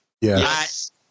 Yes